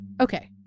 Okay